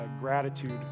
gratitude